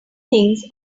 things